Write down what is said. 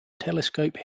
telescope